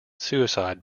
suicide